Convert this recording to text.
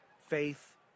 Faith